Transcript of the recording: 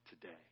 today